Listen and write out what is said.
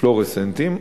פלואורסצנטים,